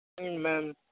Amen